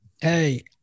Hey